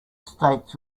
states